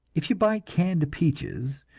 if you buy canned peaches,